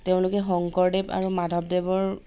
তেওঁলোকে শংকৰদেৱ আৰু মাধৱদেৱৰ